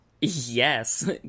Yes